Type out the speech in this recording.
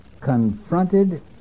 confronted